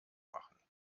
machen